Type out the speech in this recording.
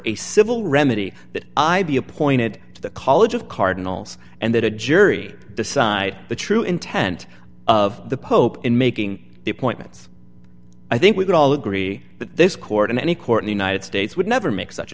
a civil remedy that i be appointed to the college of cardinals and that a jury decide the true intent of the pope in making the appointments i think we could all agree that this court in any court in the united states would never make such